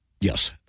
Yes